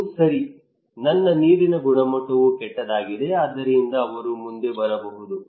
ಅದು ಸರಿ ನನ್ನ ನೀರಿನ ಗುಣಮಟ್ಟವೂ ಕೆಟ್ಟದಾಗಿದೆ ಆದ್ದರಿಂದ ಅವರು ಮುಂದೆ ಬರಬಹುದು